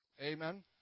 Amen